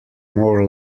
more